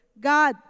God